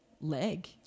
leg